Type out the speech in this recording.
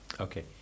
Okay